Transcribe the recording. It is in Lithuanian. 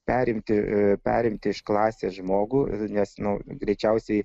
perimti perimti iš klasės žmogų nes nu greičiausiai